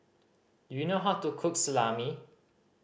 do you know how to cook Salami